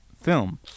film